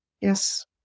Yes